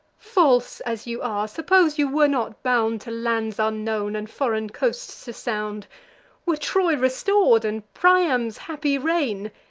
false as you are, suppose you were not bound to lands unknown, and foreign coasts to sound were troy restor'd, and priam's happy reign,